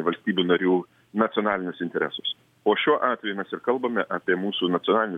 valstybių narių nacionalinius interesus o šiuo atveju mes ir kalbame apie mūsų nacionalinį